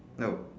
no